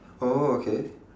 oh okay